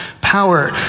power